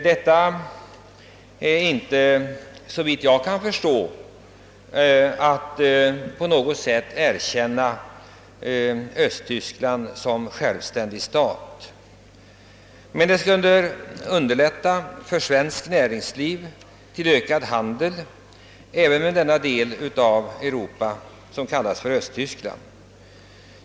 Detta innebär, såvitt jag kan förstå, inte på något sätt att man erkänner Östtyskland som självständig stat. Men det skulle till nytta för svenskt näringsliv underlätta ökad handel även med den del av Europa som kallas för Östtyskland.